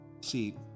See